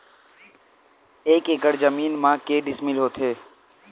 एक एकड़ जमीन मा के डिसमिल होथे?